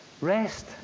Rest